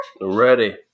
Ready